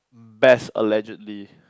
best allegedly